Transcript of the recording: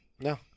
No